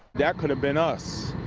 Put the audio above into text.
that could have been us.